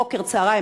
בוקר-צהריים,